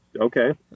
okay